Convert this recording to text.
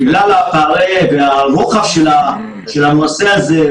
בגלל הרוחב של הנושא הזה,